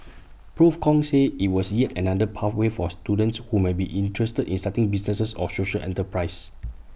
Prof Kong said IT was yet another pathway for students who may be interested in starting businesses or social enterprises